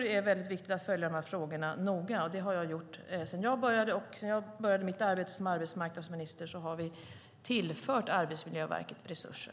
Det är väldigt viktigt att följa dessa frågor noga. Det har jag gjort. Sedan jag började mitt arbete som arbetsmarknadsminister har vi tillfört Arbetsmiljöverket resurser.